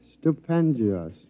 Stupendious